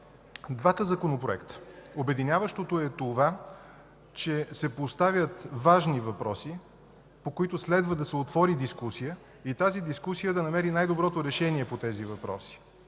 двата законопроекта е, че се поставят важни въпроси, по които следва да се отвори дискусия и тя да намери най-доброто решение на тези въпроси.